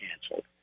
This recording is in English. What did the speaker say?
canceled